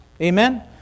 Amen